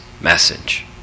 message